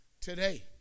today